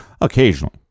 occasionally